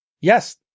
Yes